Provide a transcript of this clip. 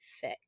thick